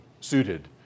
suited